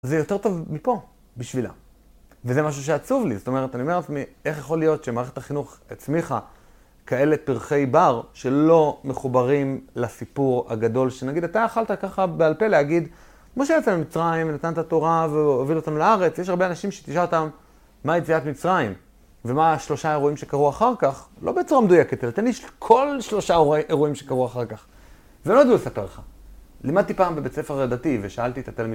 זה יותר טוב מפה, בשבילה. וזה משהו שעצוב לי, זאת אומרת, אני אומר לעצמי, איך יכול להיות שמערכת החינוך הצמיחה כאלה פרחי בר שלא מחוברים לסיפור הגדול, שנגיד, אתה יכלת ככה בעל פה להגיד, כמו שיצאנו ממצרים ונתנת תורה והוביל אותנו לארץ, יש הרבה אנשים שתשאל אותם, מה היציאת מצרים? ומה שלושה האירועים שקרו אחר כך? לא בצורה מדויקת, אלא תן לי כל שלושה אירועים שקרו אחר כך. ולא ידעו לספר לך. לימדתי פעם בבית ספר דתי ושאלתי את התלמידים...